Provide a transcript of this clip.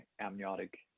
amniotic